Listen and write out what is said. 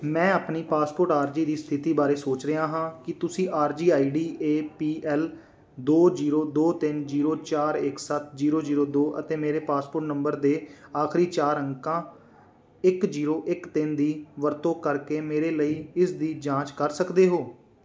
ਮੈਂ ਆਪਣੀ ਪਾਸਪੋਰਟ ਅਰਜ਼ੀ ਦੀ ਸਥਿਤੀ ਬਾਰੇ ਸੋਚ ਰਿਹਾ ਹਾਂ ਕੀ ਤੁਸੀਂ ਅਰਜ਼ੀ ਆਈਡੀ ਏ ਪੀ ਐਲ ਦੋ ਜ਼ੀਰੋ ਦੋ ਤਿੰਨ ਜ਼ੀਰੋ ਚਾਰ ਇੱਕ ਸੱਤ ਜ਼ੀਰੋ ਜ਼ੀਰੋ ਦੋ ਅਤੇ ਮੇਰੇ ਪਾਸਪੋਰਟ ਨੰਬਰ ਦੇ ਆਖਰੀ ਚਾਰ ਅੰਕਾਂ ਇੱਕ ਜ਼ੀਰੋ ਇੱਕ ਤਿੰਨ ਦੀ ਵਰਤੋਂ ਕਰਕੇ ਮੇਰੇ ਲਈ ਇਸ ਦੀ ਜਾਂਚ ਕਰ ਸਕਦੇ ਹੋ